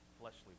fleshly